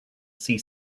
see